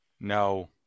No